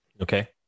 Okay